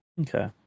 okay